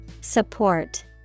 Support